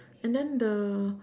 and then the